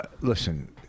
listen